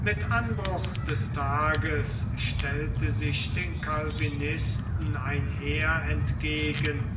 mit anbruch des tages stellte sich den calvinisten ein heer entgegen